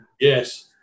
Yes